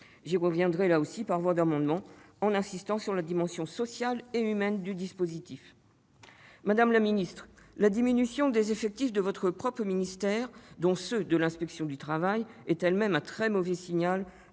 J'y reviendrai, là aussi, par voie d'amendement, en insistant sur la dimension sociale et humaine du dispositif. Madame la ministre, la diminution des effectifs de votre propre ministère, dont ceux de l'inspection du travail, constitue en elle-même un très mauvais signal,